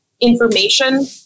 information